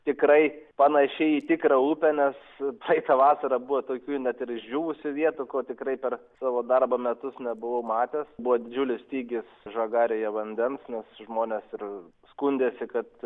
tikrai panaši į tikrą upę nes tai tą vasarą buvo tokių net ir išdžiūvusių vietų ko tikrai per savo darbo metus nebuvau matęs buvo didžiulis stygius žagarėje vandens nors žmonės ir skundėsi kad